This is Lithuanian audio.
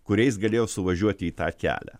kuriais galėjo suvažiuoti į tą kelią